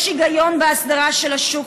יש היגיון בהסדרה של השוק,